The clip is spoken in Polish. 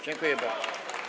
Dziękuję bardzo.